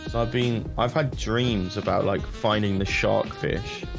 i've been i've had dreams about like finding the shark fish